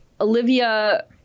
Olivia